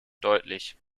deutlich